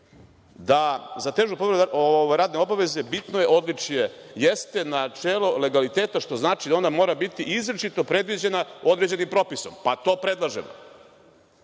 povredu radne obaveze bitno odličje, jeste načelo legaliteta, što znači da ona mora biti izričito predviđena određenim propisom, pa to predlažemo. Šta